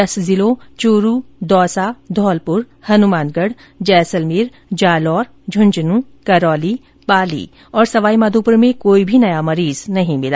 दस जिलों चूरू दौसा धौलप्र हनुमानगढ़ जैसलमेर जालौर झुंझनूँ करौली पाली और सवाईमाधोपुर में कोई भी नया मरीज नहीं मिला